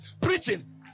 preaching